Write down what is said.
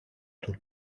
του